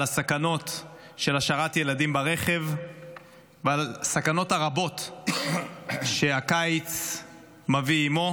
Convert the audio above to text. על הסכנות של השארת ילדים ברכב ועל הסכנות הרבות שהקיץ מביא עימו.